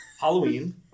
Halloween